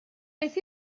beth